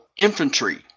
infantry